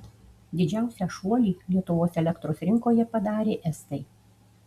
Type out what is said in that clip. didžiausią šuolį lietuvos elektros rinkoje padarė estai